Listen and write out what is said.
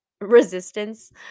resistance